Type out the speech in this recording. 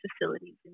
facilities